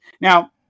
now